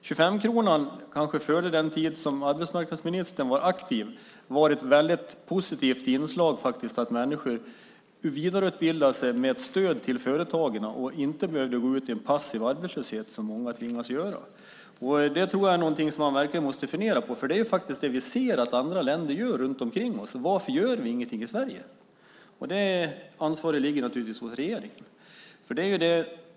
Tjugofemkronan som kanske var innan arbetsmarknadsministern blev aktiv var ett väldigt positivt inslag. Människor vidareutbildade sig med stöd till företagen och behövde inte gå ut i en passiv arbetslöshet som många tvingas göra. Det tror jag är något som man måste fundera på. Det är det vi ser att andra länder gör runt omkring oss. Varför gör vi ingenting i Sverige? Det ansvaret ligger naturligtvis hos regeringen.